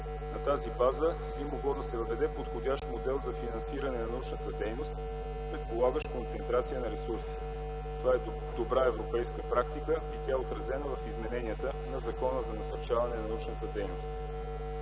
На тази база би могло да се въведе подходящ модел за финансиране на научната дейност, предполагащ концентрация на ресурси. Това е добра европейска практика и тя е отразена в измененията на Закона за насърчаване на научната дейност.